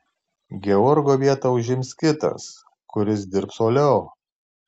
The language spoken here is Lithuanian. georgo vietą užims kitas kuris dirbs uoliau